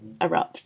erupts